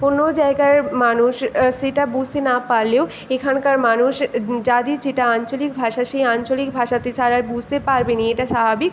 অন্য জায়গার মানুষ সেটা বুঝতে না পারলেও এখানকার মানুষ যাদের যেটা আঞ্চলিক ভাষা সেই আঞ্চলিক ভাষাতে ছাড়ার বুঝতে পারবে না এটা স্বাভাবিক